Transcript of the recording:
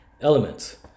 elements